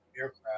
aircraft